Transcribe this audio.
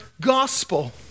gospel